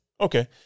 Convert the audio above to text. Okay